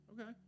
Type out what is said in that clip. Okay